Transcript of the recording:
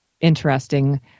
interesting